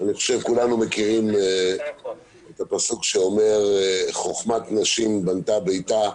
אני חושב שכולנו מכירים את הפסוק שאומר: חוכמת נשים בנתה ביתה.